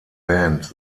band